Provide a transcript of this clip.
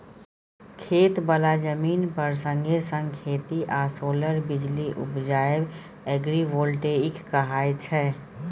खेत बला जमीन पर संगे संग खेती आ सोलर बिजली उपजाएब एग्रीबोल्टेइक कहाय छै